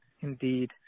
indeed